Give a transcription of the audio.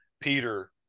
Peter